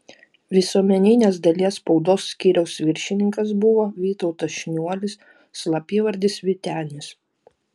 visuomeninės dalies spaudos skyriaus viršininkas buvo vytautas šniuolis slapyvardis vytenis